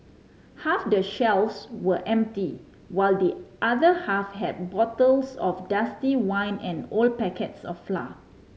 half the shelves were empty while the other half had bottles of dusty wine and old packets of flour